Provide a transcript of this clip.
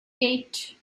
eight